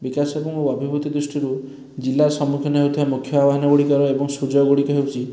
ବିକାଶ ଏବଂ ଅଭିବୃଦ୍ଧି ଦୃଷ୍ଟିରୁ ଜିଲ୍ଲା ସମ୍ମୁଖୀନ ହେଉଥିବା ମୁଖ୍ୟ ଆହ୍ୱାନଗୁଡ଼ିକର ଏବଂ ସୁଯୋଗଗୁଡ଼ିକ ହେଉଛି